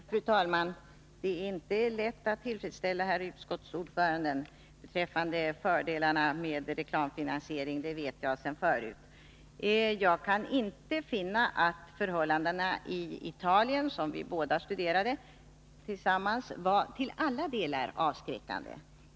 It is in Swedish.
Fru talman! Det är inte lätt att tillfredsställa herr utskottsordföranden beträffande fördelarna med reklamfinansiering — det vet jag sedan förut. Jag kan inte finna att förhållandena i Italien, som vi båda studerade tillsammans, var till alla delar avskräckande.